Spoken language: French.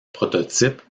prototype